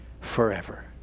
forever